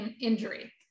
injury